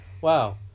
wow